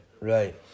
Right